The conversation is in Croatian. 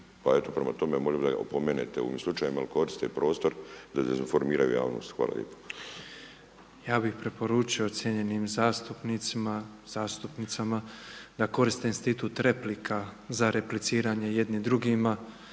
Pa eto prema tome možda da ga opomenete ovim slučajem jer koriste prostor da dezinformiraju javnost. Hvala lijepa. **Petrov, Božo (MOST)** Ja bih preporučio cijenjenim zastupnicima, zastupnicama da koriste institut replika za repliciranje jedni drugima